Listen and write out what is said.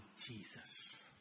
Jesus